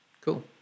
Cool